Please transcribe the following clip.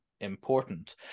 important